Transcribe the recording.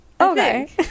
Okay